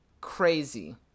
crazy